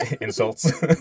Insults